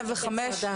לא קורה כלום.